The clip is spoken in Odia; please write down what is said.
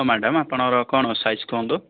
ହଁ ମ୍ୟାଡ଼ାମ ଆପଣଙ୍କର କଣ ସାଇଜ୍ କୁହନ୍ତୁ